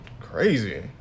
crazy